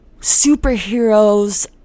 superheroes